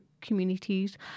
communities